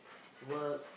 work